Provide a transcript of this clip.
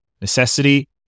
necessity